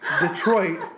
Detroit